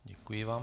Děkuji vám.